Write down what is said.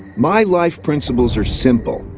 my life principles are simple,